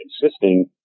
insisting